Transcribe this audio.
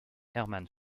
herman